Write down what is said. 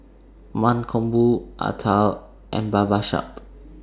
Mankombu Atal and Babasaheb